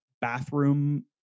bathroom